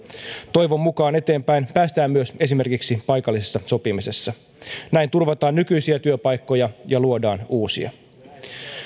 toivon mukaan eteenpäin päästään myös esimerkiksi paikallisessa sopimisessa näin turvataan nykyisiä työpaikkoja ja luodaan uusia